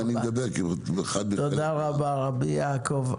תודה רבה רבי יעקב.